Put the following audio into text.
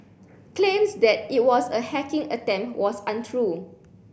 claims that it was a hacking attempt was untrue